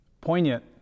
poignant